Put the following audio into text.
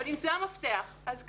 אבל אם זה המפתח אז קדימה,